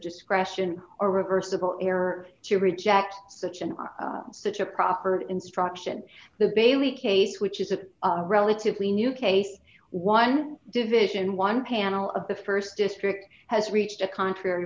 discretion or reversible error to reject such an such a proper instruction the bailey case which is a relatively new case one division one panel of the st district has reached a contrary